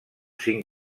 cinc